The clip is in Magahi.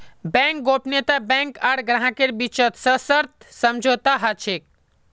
बैंक गोपनीयता बैंक आर ग्राहकेर बीचत सशर्त समझौता ह छेक